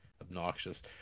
obnoxious